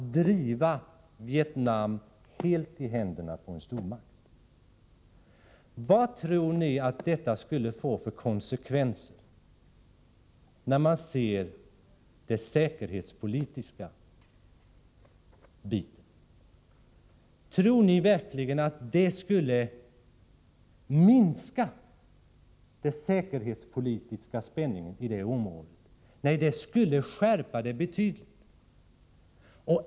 Vad tror ni att det skulle få för konsekvenser i säkerhetspolitiskt avseende? Tror ni verkligen att det skulle minska den säkerhetspolitiska spänningen i det området? Nej, det skulle öka den betydligt.